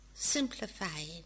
Simplifying